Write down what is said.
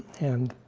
and